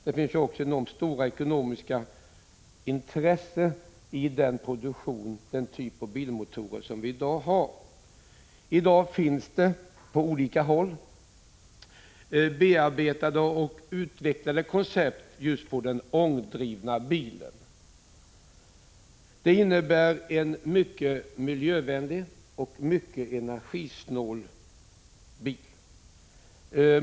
Det finns också enormt stora ekonomiska intressen i produktionen av den typ av bilmotorer som vi har i dag. I dag finns det på olika håll bearbetade och utvecklade projekt beträffande just den ångdrivna bilen. Det är en mycket miljövänlig och energisnål bil.